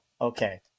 okay